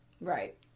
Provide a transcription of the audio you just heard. Right